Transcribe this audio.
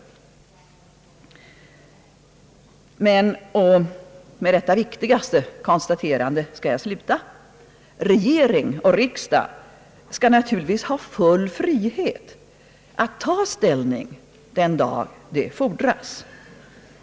Med ett det viktigaste konstaterande skall jag sluta: Regering och riksdag skall naturligtvis ha full frihet att ta ställning den dag det fordras.